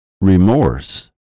Remorse